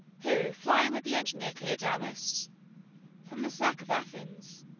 who, flying with the engineer cleodamus from the sack of athens,